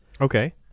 Okay